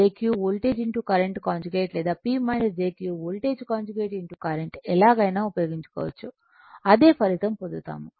P jQ voltage current conjugate లేదా P jQ voltage conjugate current ఎలాగైనా ఉపయోగించుకోవచ్చు అదే ఫలితం పొందుతాము